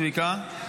צביקה,